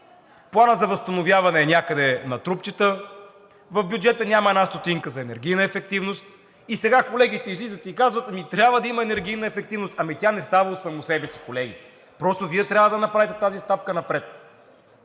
Планът за възстановяване е някъде на трупчета, в бюджета няма една стотинка за енергийна ефективност. Сега колегите излизат и казват: ами трябва да има енергийна ефективност. Ама тя не става от само себе си, колеги, просто Вие трябва да направите тази стъпка напред.